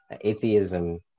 atheism